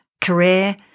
career